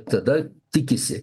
tada tikisi